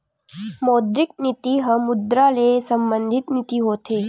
मौद्रिक नीति ह मुद्रा ले संबंधित नीति होथे